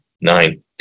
nine